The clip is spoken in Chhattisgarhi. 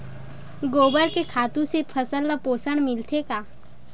गोबर के खातु से फसल ल पोषण मिलथे का?